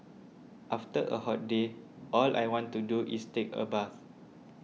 after a hot day all I want to do is take a bath